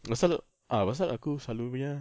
pasal pasal aku selalunya